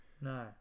No